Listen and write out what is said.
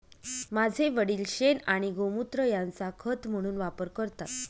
माझे वडील शेण आणि गोमुत्र यांचा खत म्हणून वापर करतात